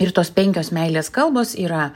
ir tos penkios meilės kalbos yra